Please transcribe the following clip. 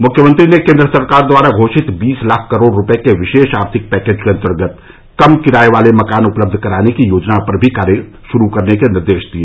मुख्यमंत्री ने केंद्र सरकार द्वारा घोषित बीस लाख करोड़ रूपये के विशेष आर्थिक पैकेज के अंतर्गत कम किराये वाले मकान उपलब्ध कराने की योजना पर भी कार्य शुरू करने के निर्देश दिए